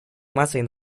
массовой